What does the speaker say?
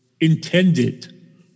intended